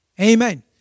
Amen